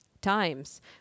times